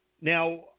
Now